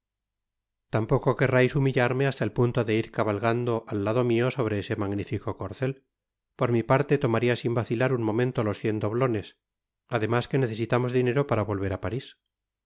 tampoco querrais humillarme hasta el punto de ir cabalgando al lado mio sobre ese magnifico corcel por migarte tomaría sin vacilar un momento los cien doblones además que necesitamos'dinero para volver á paris